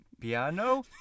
Piano